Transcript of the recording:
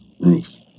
Ruth